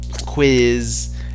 quiz